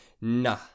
Nah